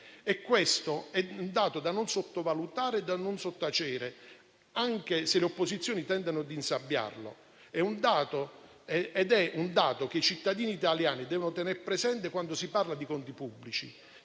e questo è un dato da non sottovalutare e da non sottacere, anche se le opposizioni tendono ad insabbiarlo. È un dato che i cittadini italiani devono tener presente quando si parla di conti pubblici.